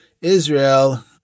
Israel